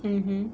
mmhmm